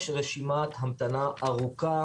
יש רשימת המתנה ארוכה